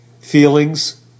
feelings